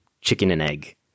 chicken-and-egg